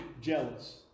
jealous